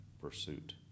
pursuit